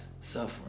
suffering